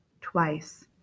twice